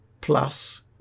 plus